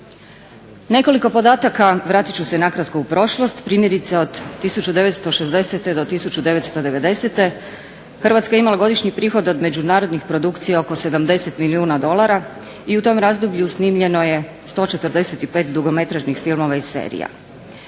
Nekoliko podataka, vratit ću se nakratko u prošlost, primjerice od 1960. do 1990. Hrvatska je imala godišnji prihod od međunarodnih produkcija oko 70 milijuna dolara i u tom razdoblju snimljeno je 145 dugometražnih filmova i serija.